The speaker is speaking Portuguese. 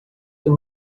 tem